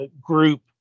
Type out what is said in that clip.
group